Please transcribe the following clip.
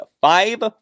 five